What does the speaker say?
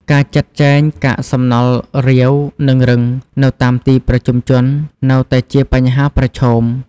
ការចាត់ចែងកាកសំណល់រាវ និងរឹងនៅតាមទីប្រជុំជននៅតែជាបញ្ហាប្រឈម។